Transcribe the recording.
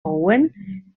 owen